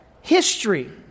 history